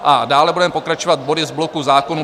A dále budeme pokračovat body z bloku Zákonů...